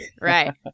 Right